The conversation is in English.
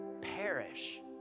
Perish